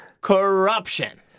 Corruption